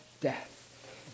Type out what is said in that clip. death